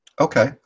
Okay